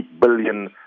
billion